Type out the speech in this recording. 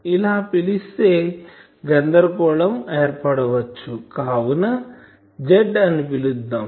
ఇలా పిలిస్తే గందరగోళం ఏర్పడవచ్చు కావున Z అని పిలుద్దాం